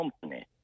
company